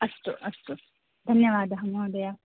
अस्तु अस्तु धन्यवादः महोदय